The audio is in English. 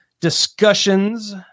discussions